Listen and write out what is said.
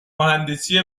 مهندسی